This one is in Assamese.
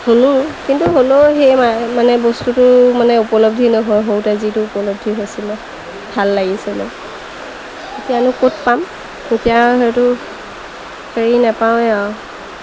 শুনো কিন্তু হ'লেও সেই মানে বস্তুটো মানে উপলব্ধি নহয় সৰুতে যিটো উপলব্ধি হৈছিলে ভাল লাগিছিলে এতিয়ানো ক'ত পাম এতিয়া সেইটো হেৰি নাপাওঁৱেই আৰু